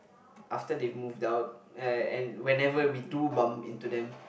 after they have moved out and and whenever we do bump into them